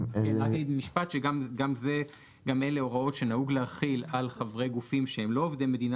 גם אלו הוראות שנהוג להחיל על חברי גופים שהם לא עובדי מדינה,